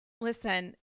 listen